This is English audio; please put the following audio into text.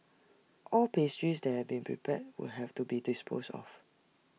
all pastries that have been prepared would have to be disposed of